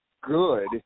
good